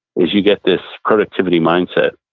is you get this productivity mindset.